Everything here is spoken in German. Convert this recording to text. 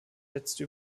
letzte